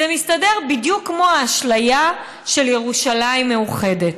זה מסתדר בדיוק כמו האשליה של ירושלים מאוחדת.